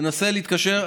תנסה להתקשר.